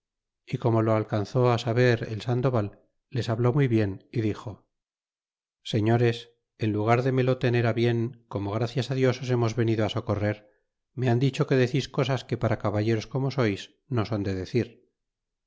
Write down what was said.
y como lo alcanzó saber el sandoval les habló muy bien y dixo señores en lugar de me lo tener bien como gracias dios os hemos venido socorrer me han dicho que decis cosas que para caballeros como sois no son de decir